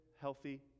healthy